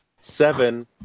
seven